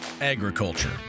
agriculture